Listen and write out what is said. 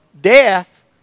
death